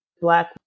black